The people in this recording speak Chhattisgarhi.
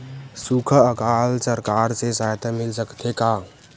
सुखा अकाल सरकार से सहायता मिल सकथे का?